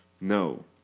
No